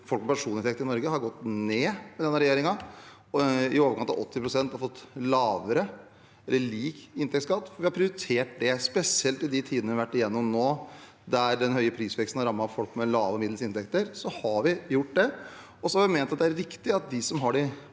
for personinntekt i Norge har gått ned med denne regjeringen. I overkant av 80 pst. har fått lavere eller lik inntektsskatt, fordi vi har prioritert det. Spesielt i de tidene vi vært igjennom nå, der den høye prisveksten har rammet folk med lave og middels inntekter, har vi gjort det, og vi har ment at det er viktig at de som har de